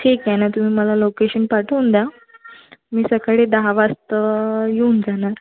ठीक आहे ना तुम्ही मला लोकेशन पाठवून द्या मी सकाळी दहा वाजता येऊन जाणार